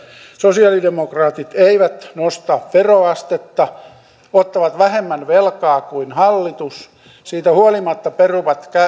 sosialidemokraatit eivät nosta veroastetta ottavat vähemmän velkaa kuin hallitus siitä huolimatta peruvat